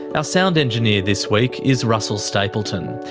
ah sound engineer this week is russell stapleton,